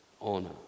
honor